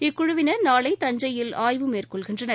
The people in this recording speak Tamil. இக்குழுவினர் நாளை தஞ்சையில் ஆய்வு மேற்கொள்கின்றனர்